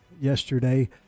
yesterday